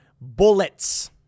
bullets